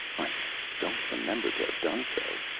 i don't remember to have done so.